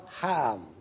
Ham